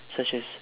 such as